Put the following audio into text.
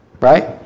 Right